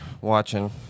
watching